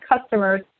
customers